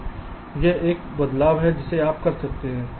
तो यह एक बदलाव है जिसे आप कर सकते हैं